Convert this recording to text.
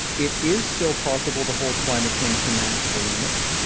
it is still possible to hold climate change to manageable limits.